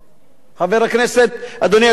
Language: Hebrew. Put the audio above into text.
חבר הכנסת, אדוני היושב-ראש,